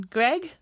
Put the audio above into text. Greg